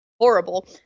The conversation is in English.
horrible